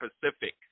Pacific